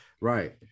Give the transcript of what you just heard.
Right